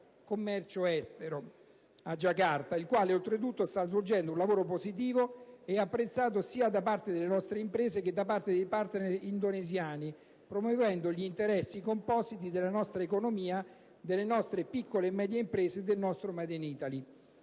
il commercio estero (ICE) a Jakarta, il quale, oltretutto, sta svolgendo un lavoro positivo e apprezzato sia da parte delle nostre imprese che da parte dei partner indonesiani, promuovendo gli interessi compositi della nostra economia, delle nostre piccole e medie imprese e del nostro *made in Italy*.